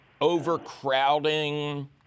overcrowding